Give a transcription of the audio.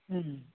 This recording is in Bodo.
उम